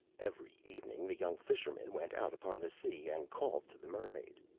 every evening the young fisherman went out upon the sea, and called to the mermaid,